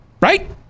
right